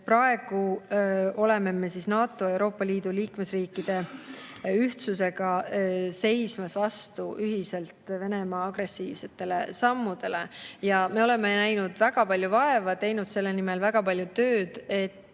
Praegu me seisamegi NATO ja Euroopa Liidu liikmesriikide ühtsuse abil vastu Venemaa agressiivsetele sammudele. Me oleme näinud väga palju vaeva, teinud selle nimel väga palju tööd, et